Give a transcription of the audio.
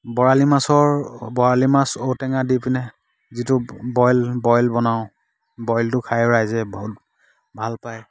বৰালি মাছৰ বৰালি মাছ ঔটেঙা দি পিনে যিটো বইল বইল বনাওঁ বইলটো খাই ৰাইজে বহুত ভাল পায়